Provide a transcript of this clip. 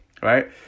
Right